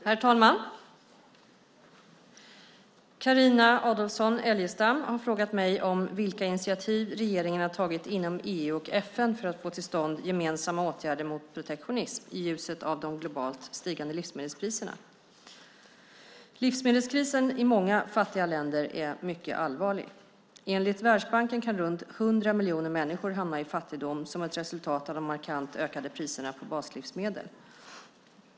Herr talman! Carina Adolfsson Elgestam har frågat mig vilka initiativ regeringen har tagit inom EU och FN för att få till stånd gemensamma åtgärder mot protektionism i ljuset av de globalt stigande livsmedelspriserna. Livsmedelskrisen i många fattiga länder är mycket allvarlig. Enligt Världsbanken kan runt 100 miljoner människor hamna i fattigdom som ett resultat av de markant ökade priserna på baslivsmedel.